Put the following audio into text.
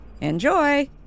Enjoy